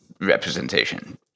representation